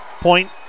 Point